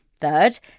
Third